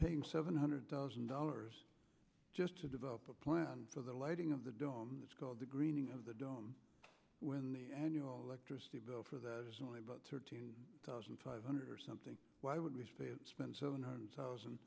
paying seven hundred thousand dollars just to develop a plan for the lighting of the dome it's called the greening of the dome when the annual electricity bill for the thirteen thousand five hundred or something why would we spend seven hundred thousand